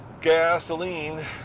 gasoline